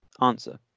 Answer